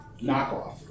knockoff